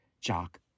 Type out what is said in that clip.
jock